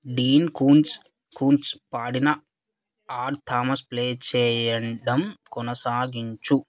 డీన్ కూంచ్ కూంచ్ పాడిన ఆడ్ థామస్ ప్లే చేయండం కొనసాగించు